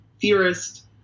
theorist